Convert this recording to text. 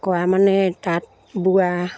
কৰা মানে তাঁত বোৱা